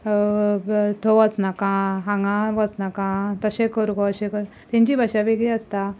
थंय वचनाका हांगा वचनाका तशें कर गो अशें कर तेंची भाशा वेगळी आसता